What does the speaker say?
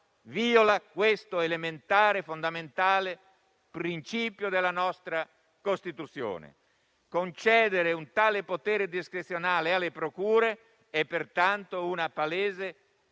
viola questo elementare e fondamentale principio della nostra Costituzione. Concedere un tale potere discrezionale alle procure rappresenta pertanto una palese